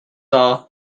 are